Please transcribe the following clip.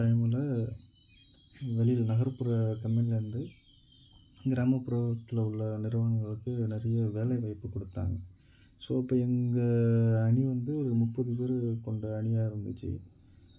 டைமில் வெளியில் நகர்ப்புற கம்பெனிலேருந்து கிராமபுறத்தில் உள்ள நிறுவனங்களுக்கு நிறைய வேலை வாய்ப்பு கொடுத்தாங்க ஸோ இப்போ எங்கள் அணி வந்து ஒரு முப்பது பேர் கொண்ட அணியாக இருந்துச்சு